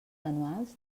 anuals